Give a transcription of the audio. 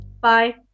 Bye